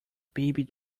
baby